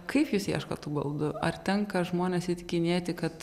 kaip jūs ieškot tų baldų ar tenka žmones įtikinėti kad